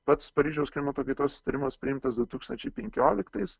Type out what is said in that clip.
pats paryžiaus klimato kaitos susitarimas priimtas du tūkstančiai penkioliktais